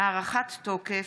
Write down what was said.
הארכת תוקף),